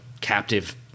captive